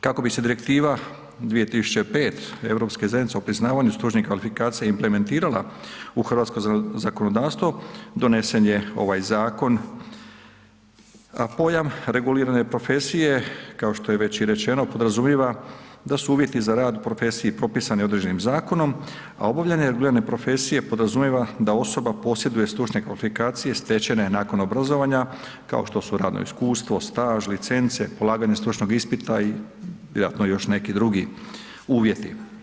Kako bi se Direktiva 2005 Europske zajednice o priznavanju stručnih kvalifikacija implementirala u hrvatsko zakonodavstvo donesen je ovaj zakon, a pojam regulirane profesije kao što je već i rečeno podrazumijeva da su uvjeti za rad u profesiji propisani određeni zakonom, a obavljanje regulirane profesije podrazumijeva da osoba posjeduje stručne kvalifikacije stečene nakon obrazovanja kao što su radno iskustvo, staž, licence, polaganje stručnog ispita i vjerojatno još neki drugi uvjeti.